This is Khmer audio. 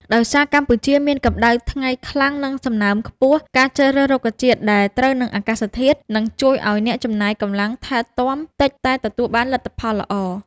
ដោយសារកម្ពុជាមានកម្ដៅថ្ងៃខ្លាំង និងសំណើមខ្ពស់ ការជ្រើសរើសរុក្ខជាតិដែល ត្រូវនឹងអាកាសធាតុ នឹងជួយឱ្យអ្នកចំណាយកម្លាំងថែទាំតិចតែទទួលបានលទ្ធផលល្អ